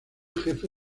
jefe